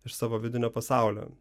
iš savo vidinio pasaulio